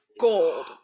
gold